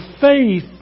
faith